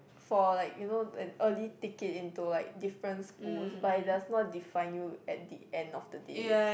for like your know an early ticket into like different school but it does not define you at the end of the day